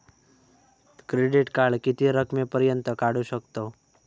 Credit card किती रकमेपर्यंत काढू शकतव?